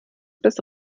beste